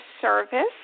service